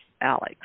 Alex